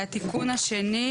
והתיקון השני.